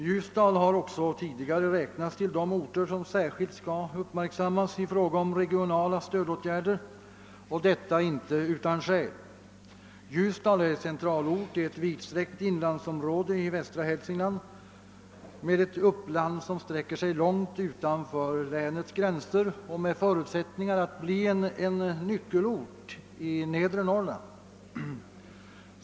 Ljusdal har också tidigare räknats till de orter som särskilt bör uppmärksammas vid regionala stödåtgärder, och detta inte utan skäl. Ljusdal är centralort i ett vidsträckt inlandsområde 1 västra Hälsingland med ett uppland som sträcker sig långt utanför länets gränser och med förutsättningar att bli en nyckelort i nedre Norrland.